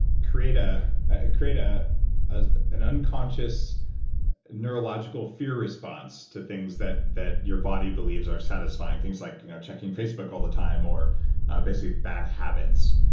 create ah ah a ah ah and unconscious neurological fear response to things that that your body believes are satisfying. things like you know checking facebook all the time or basically, bad habits,